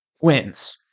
wins